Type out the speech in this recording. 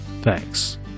Thanks